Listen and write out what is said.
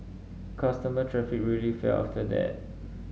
customer traffic really fell after that